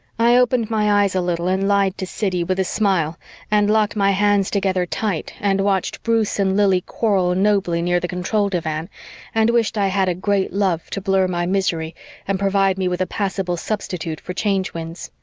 i opened my eyes a little and lied to siddy with a smile and locked my hands together tight and watched bruce and lili quarrel nobly near the control divan and wished i had a great love to blur my misery and provide me with a passable substitute for change winds.